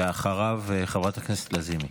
אחריו, חברת הכנסת לזימי.